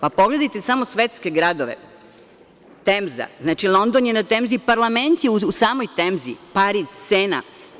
Pogledajte samo svetske gradove, Temzu, London je na Temzi i parlament je u samoj Temzi, Pariz, Sena.